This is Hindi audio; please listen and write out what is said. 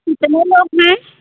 कितने लोग हैं